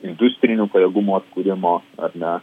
industrinių pajėgumų atkūrimo ar ne